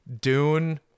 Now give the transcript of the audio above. Dune